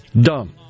Dumb